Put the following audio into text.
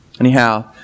Anyhow